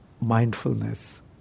mindfulness